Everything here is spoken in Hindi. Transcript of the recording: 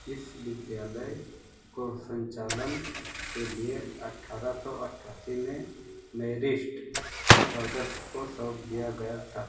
इस विद्यालय को संचालन के लिए अट्ठारह सौ अठासी में मैरिस्ट ब्रदर्स को सौंप दिया गया था